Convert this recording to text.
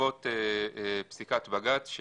בעקבות פסיקת בג"ץ,